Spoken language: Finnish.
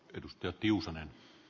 edustaja tiusanen